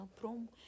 Prom